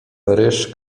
ryż